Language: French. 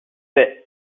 fait